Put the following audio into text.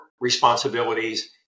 responsibilities